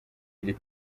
iri